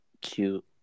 cute